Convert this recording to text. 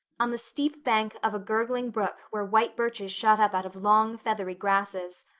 on the steep bank of a gurgling brook where white birches shot up out of long feathery grasses.